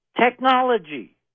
technology